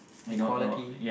equality